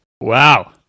wow